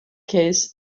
case